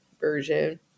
version